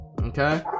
Okay